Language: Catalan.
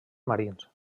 marins